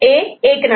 e